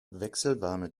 wechselwarme